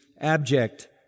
abject